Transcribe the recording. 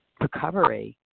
recovery